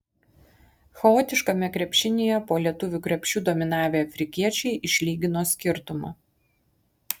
chaotiškame krepšinyje po lietuvių krepšiu dominavę afrikiečiai išlygino skirtumą